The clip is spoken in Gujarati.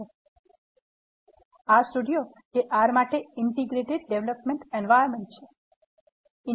R સ્ટુડિયો એ R માટે integrated development environment Integrated Development Environment છે